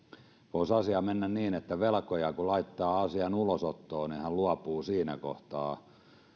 voisi asia mennä niin että velkoja kun laittaa asian ulosottoon niin hän luopuu siinä kohtaa